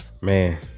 man